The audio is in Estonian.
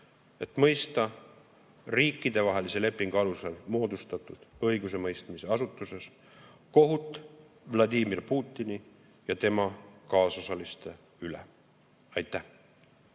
et mõista riikidevahelise lepingu alusel moodustatud õigusemõistmise asutuses kohut Vladimir Putini ja tema kaasosaliste üle. Aitäh!